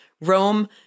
Rome